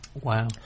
Wow